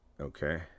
Okay